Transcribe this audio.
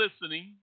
listening